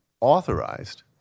authorized